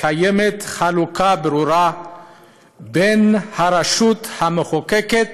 קיימת חלוקה ברורה בין הרשות המחוקקת